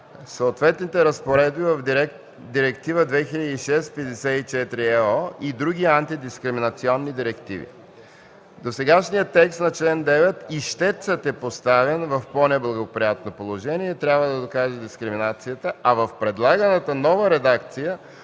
съответните разпоредби в Директива 2006/54/ЕО и други антидискриминационни директиви. В досегашния текст на чл. 9 ищецът е поставен в по-неблагоприятно положение – трябва да докаже дискриминацията, а в предлаганата нова редакция